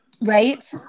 Right